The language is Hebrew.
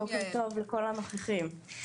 בוקר טוב לכל הנוכחים.